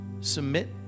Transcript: Submit